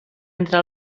entre